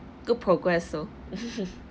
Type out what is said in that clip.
good progress oh